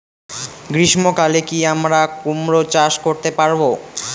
গ্রীষ্ম কালে কি আমরা কুমরো চাষ করতে পারবো?